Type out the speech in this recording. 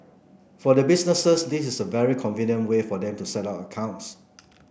for the businesses this is a very convenient way for them to set up accounts